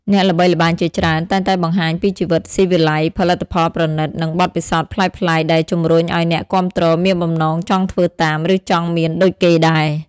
អ្នកល្បីល្បាញជាច្រើនតែងតែបង្ហាញពីជីវិតស៊ីវិល័យ ផលិតផលប្រណីត និងបទពិសោធន៍ប្លែកៗ ដែលជំរុញឱ្យអ្នកគាំទ្រមានបំណងចង់ធ្វើតាម ឬចង់មានដូចគេដែរ។